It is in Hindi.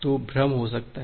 तो भ्रम हो सकता है